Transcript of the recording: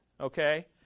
okay